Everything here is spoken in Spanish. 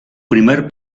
primer